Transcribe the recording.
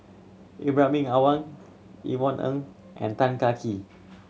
Ibrahim Awang Yvonne Ng and Tan Kah Kee